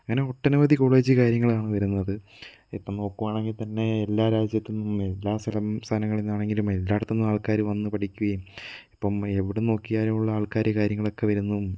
അങ്ങനെ ഒട്ടനവധി കോളേജ് കാര്യങ്ങളാണ് വരുന്നത് ഇപ്പം നോക്കുവാണെങ്കില് തന്നെ എല്ലാ രാജ്യത്തു നിന്നും എല്ലാ സ്ഥലം സ്ഥാനങ്ങളിലാണെങ്കിലും എല്ലായിടത്തുനിന്നും ആള്ക്കാര് വന്നു പഠിക്കുകയും ഇപ്പം എവിടുന്ന് നോക്കിയാലുമുള്ള ആള്ക്കാർ കാര്യങ്ങളൊക്കെ വരുന്നു